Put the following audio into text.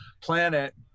planet